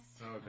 Okay